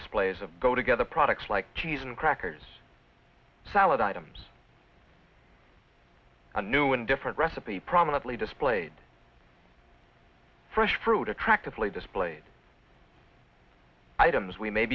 displays of go together products like cheese and crackers salad items a new and different recipe prominently displayed fresh fruit attractively displayed items we may